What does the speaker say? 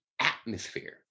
atmosphere